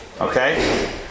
Okay